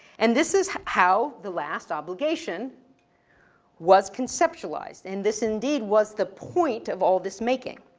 and this is how the last obligation was conceptualized, and this indeed was the point of all this making.